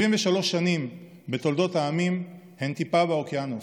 73 שנים בתולדות העמים הן טיפה באוקיינוס.